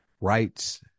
rights